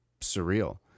surreal